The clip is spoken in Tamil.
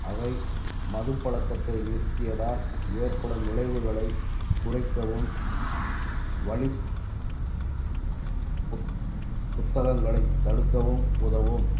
அவை மது பழக்கத்தை நிறுத்தியதால் ஏற்படும் விளைவுகளைக் குறைக்கவும் வலிப்புத் புத்தகங்களைத் தடுக்கவும் உதவும்